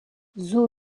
zhu